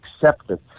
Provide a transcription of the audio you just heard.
acceptance